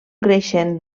creixent